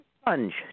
Sponge